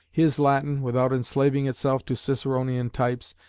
his latin, without enslaving itself to ciceronian types,